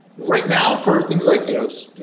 right now, for things like you know so yeah